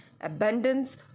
abundance